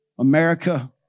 America